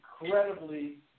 incredibly